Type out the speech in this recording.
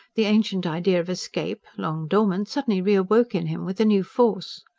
the ancient idea of escape, long dormant, suddenly reawoke in him with a new force.